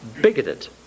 bigoted